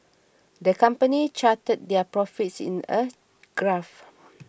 the company charted their profits in a graph